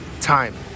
time